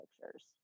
pictures